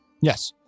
Yes